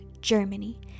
Germany